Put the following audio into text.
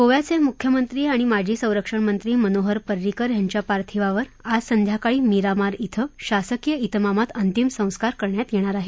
गोव्याचे मुख्यमंत्री आणि माजी संरक्षणमंत्री मनोहर परिंकर यांच्या पार्थिवावर आज संध्याकाळी मीरामार इथं शासकीय इतमामात अंतिम संस्कार करण्यात येणार आहेत